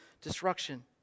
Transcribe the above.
destruction